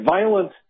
Violent